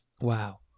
Wow